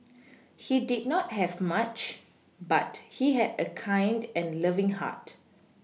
he did not have much but he had a kind and loving heart